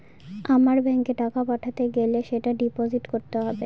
আমার ব্যাঙ্কে টাকা পাঠাতে গেলে সেটা ডিপোজিট করতে হবে